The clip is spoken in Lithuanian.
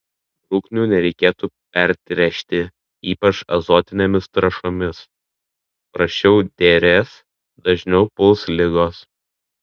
bruknių nereikėtų pertręšti ypač azotinėmis trąšomis prasčiau derės dažniau puls ligos